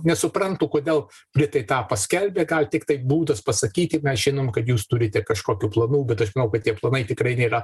nesuprantu kodėl britai tą paskelbė gal tiktai būdas pasakyti mes žinom kad jūs turite kažkokių planų bet aš manau kad tie planai tikrai nėra